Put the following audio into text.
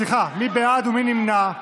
סליחה, מי בעד ומי נמנע?